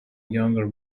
younger